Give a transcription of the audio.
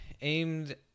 aimed